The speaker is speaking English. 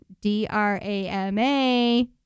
D-R-A-M-A